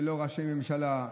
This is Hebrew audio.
ולא ראשי ממשלה,